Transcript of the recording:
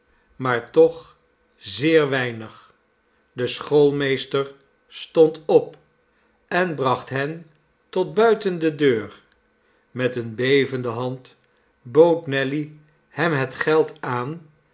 maar toch zeer weinig de schoolmeester stond op en bracht hen tot buiten de deur met eene bevende hand bood nelly hem het geld aan